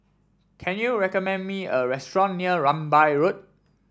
can you recommend me a restaurant near Rambai Road